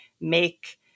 make